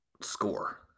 score